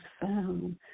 found